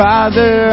Father